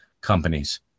companies